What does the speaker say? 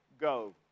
go